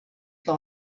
que